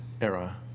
era